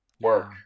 work